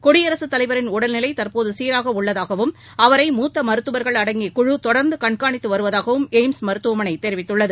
குடியரசுத் தலைவரின் உடல்நிலை தற்போது சீராக உள்ளதாகவும் அவரை மூத்த மருத்துவர்கள் அடங்கிய குழு தொடர்ந்து கண்காணித்து வருவதாகவும் எய்ம்ஸ் மருத்துவமளை தெரிவித்துள்ளது